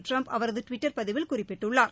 Trump அவரது Twitter பதிவில் குறிப்பிட்டுள்ளார்